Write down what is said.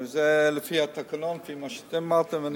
זה לפי התקנון, לפי מה שאתם אמרתם.